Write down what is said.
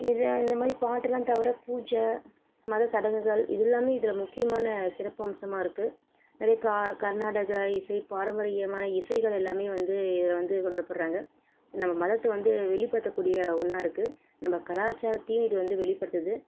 இது அந்த மாதிரி பாட்டெல்லாம் தவிர பூஜை மத சடங்குகள் இது எல்லாம் இதில் முக்கியமான சிறப்பம்சமாக இருக்குது நிறைய கர்நாடக இசை பாரம்பரியமான இசைகள் எல்லாம் வந்து இதில் வந்து கொண்டாடப்படுறாங்க நம்ம மதத்தை வந்து வெளிப்படுத்தக்கூடிய ஒன்னாக இருக்குது நம்ம கலாச்சாரத்தையும் இது வந்து வெளிப்படுத்துது